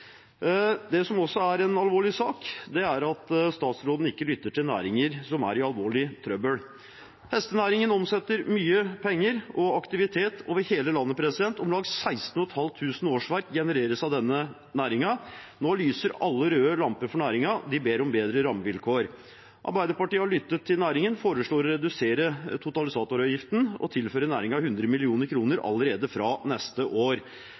Det som også er en alvorlig sak, er at statsråden ikke lytter til næringer som er i alvorlig trøbbel. Hestenæringen omsetter mye penger og aktivitet over hele landet. Om lag 16 500 årsverk genereres av denne næringen. Nå lyser alle røde lamper for næringen. De ber om bedre rammevilkår. Arbeiderpartiet har lyttet til næringen og foreslår å redusere totalisatoravgiften og tilføre næringen 100 mill. kr allerede fra neste år.